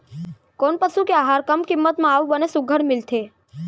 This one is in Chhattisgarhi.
कोन पसु के आहार कम किम्मत म अऊ बने सुघ्घर मिलथे?